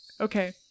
okay